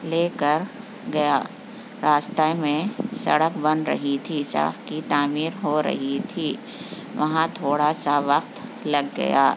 لے کر گیا راستے میں سڑک بن رہی تھی سڑک کی تعمیر ہو رہی تھی ویاں تھوڑا سا وقت لگ گیا